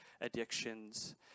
addictions